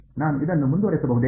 ನಾನು ಇದನ್ನು ಮುಂದುವರಿಸಬಹುದೇ